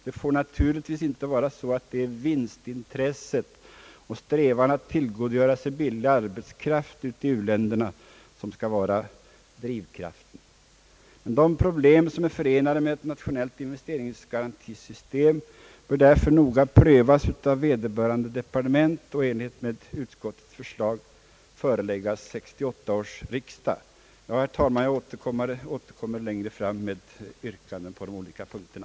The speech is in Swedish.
Det får naturligtvis inte vara så att det är vinstintresse och strävan att tillgodogöra sig billig arbetskraft i u-länderna som är drivkraften. De problem som är förenade med ett internationellt investeringsgarantisystem bör därför noga prövas av vederbörande departement och i enlighet med utskottets förslag föreläggas 1968 års riksdag. Herr talman! Jag återkommer längre fram med yrkanden på de olika punkterna.